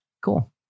cool